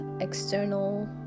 external